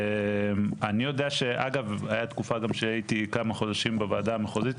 אני יודע שאגב היה תקופה גם שהייתי כמה חודשים בוועדה המחוזית,